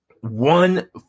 one